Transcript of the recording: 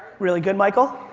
really good, michael.